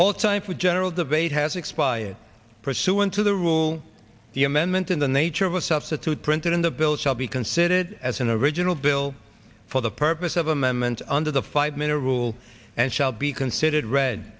all time for general debate has expired pursuant to the rule the amendment in the nature of a substitute printed in the bill shall be considered as an original bill for the purpose of amendment under the five minute rule and shall be considered re